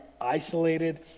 isolated